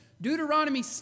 Deuteronomy